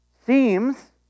seems